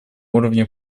уровне